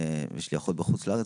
ויש לי אחות בחוץ לארץ,